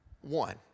one